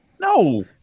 no